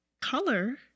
Color